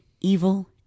evil